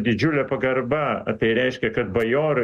didžiule pagarba o tai reiškia kad bajorai